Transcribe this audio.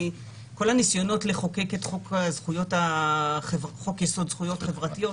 כי כל הניסיונות לחוקק את חוק יסוד: זכויות חברתיות,